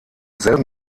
selben